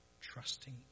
trusting